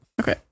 Okay